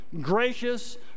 gracious